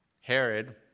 Herod